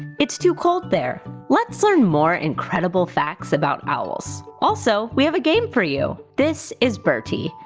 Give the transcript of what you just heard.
it's too cold there! let's learn more incredible facts about owls. also we have a game for you! this is bertie,